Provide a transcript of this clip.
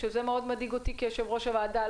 שזה מאוד מדאיג אותי כיושבת-ראש הוועדה.